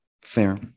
Fair